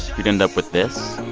you'd end up with this